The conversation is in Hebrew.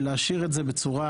ולהשאיר אותו בצורה